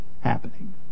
happening